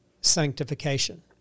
sanctification